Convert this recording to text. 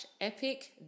epic